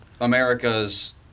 Americas